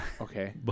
okay